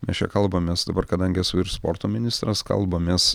mes čia kalbamės dabar kadangi esu ir sporto ministras kalbamės